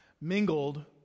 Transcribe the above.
mingled